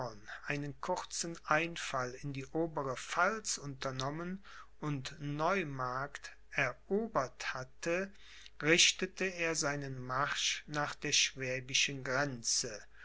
einen kurzen einfall in die obere pfalz unternommen und neumarkt erobert hatte richtete er seinen marsch nach der schwäbischen grenze